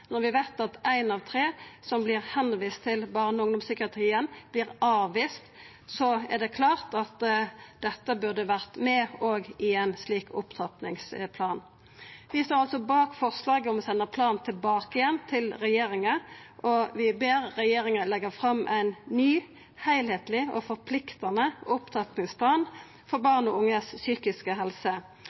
Når vi veit at ein av tre som vert send over til barne- og ungdomspsykiatrien, vert avvist, er det klart at dette òg burde ha vore med i ein slik opptrappingsplan. Vi står altså bak forslaget om å senda planen tilbake til regjeringa, og vi ber regjeringa leggja fram ein ny, heilskapleg og forpliktande opptrappingsplan for barn og unges psykiske helse.